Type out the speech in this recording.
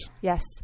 Yes